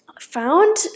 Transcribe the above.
found